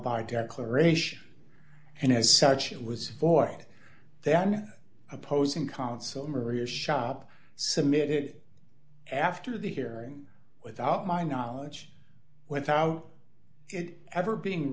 by declaration and as such it was for then opposing counsel maria shop submitted after the hearing without my knowledge without it ever being